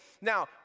Now